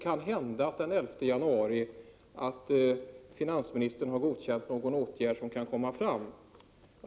Kanhända kommer finansministern den 11 januari att ha godkänt någon åtgärd som kan komma till förverkligande.